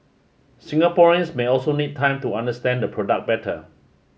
Singaporeans may also need time to understand the product better